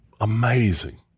Amazing